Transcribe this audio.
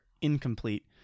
incomplete